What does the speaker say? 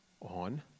on